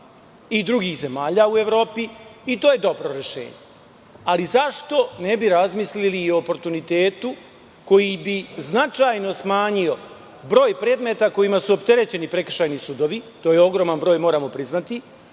i drugih zemalja u Evropi. To je dobro rešenje, ali zašto ne bismo razmislili i o oportunitetu, koji bi značajno smanjio broj predmeta kojima su opterećeni prekršajni sudovi? To je ogroman broj, moramo priznati.